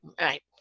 Right